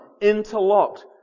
interlocked